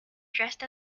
dressed